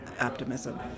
optimism